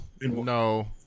no